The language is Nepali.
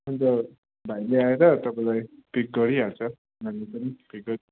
हुन्छ भाइले आएर तपाईँलाई पिक गरिहाल्छ नानी पनि पिक गर्छ